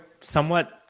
somewhat